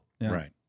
Right